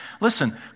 listen